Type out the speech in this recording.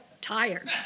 tired